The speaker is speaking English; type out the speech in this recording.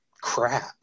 crap